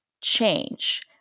change